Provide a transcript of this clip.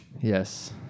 Yes